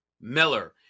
Miller